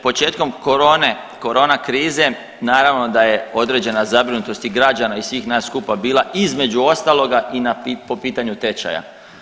Početkom korone, korona krize naravno da je određena zabrinutost i građana i svih nas skupa bila između ostaloga i na, po pitanju tečaja.